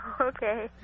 Okay